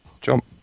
Jump